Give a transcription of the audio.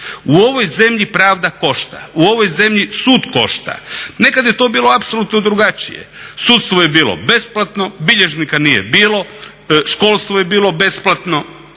U ovoj zemlji pravda košta, u ovoj zemlji sud košta. Nekad je to bilo apsolutno drugačije. Sudstvo je bilo besplatno, bilježnika nije bilo, školstvo je bilo besplatno,